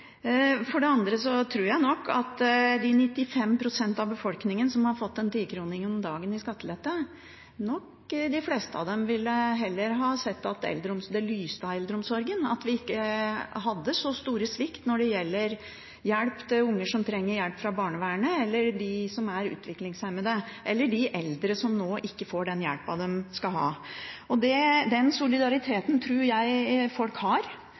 For det andre tror jeg nok at når det gjelder 95 pst. av befolkningen som har fått en 10-kroning om dagen i skattelette, ville nok heller de fleste av dem sett at det lyste av eldreomsorgen, at vi ikke hadde så stor svikt når det gjelder hjelp til unger som trenger hjelp fra barnevernet, hjelp til dem som er utviklingshemmede, eller hjelp til de eldre som nå ikke får den hjelpen de skal ha. Den solidariteten tror jeg folk har,